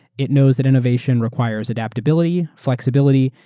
it knows that innovation requires adaptability, flexibility,